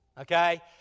Okay